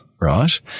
Right